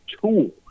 tool